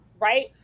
right